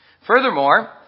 Furthermore